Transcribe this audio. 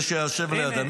זה שיושב לידה,